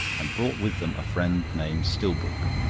and brought with them a friend named stillbrook.